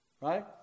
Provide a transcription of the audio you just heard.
right